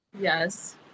Yes